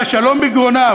והשלום בגרונם,